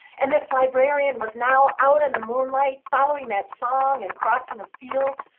and this librarian was now out in the moonlight, following that song, and crossing a field,